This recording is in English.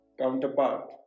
counterpart